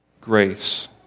grace